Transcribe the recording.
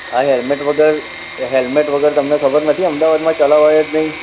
આ હેલમેટ વગર હેલમેટ વગર તમને ખબર નથી અમદાવાદમાં ચલાવાય જ નહીં